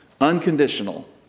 Unconditional